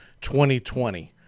2020